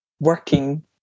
Working